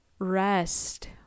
Rest